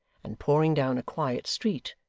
and pouring down a quiet street,